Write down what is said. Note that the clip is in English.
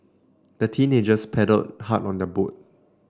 the teenagers paddled hard on their boat